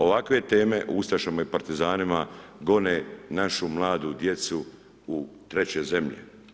Ovakve teme, o ustašama i partizanima gone našu mladu djecu u treće zemlje.